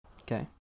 Okay